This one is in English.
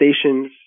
stations